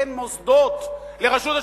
אין מוסדות לרשות השידור.